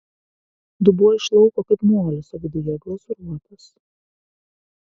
dubuo iš lauko kaip molis o viduje glazūruotas